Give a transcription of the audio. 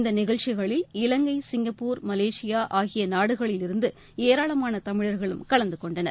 இந்த நிகழ்ச்சிகளில் இலங்கை சிங்கப்பூர் மலேசியா ஆகிய நாடுகளில் இருந்து ஏராளமான தமிழர்களும் கலந்தகொண்டனர்